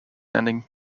ending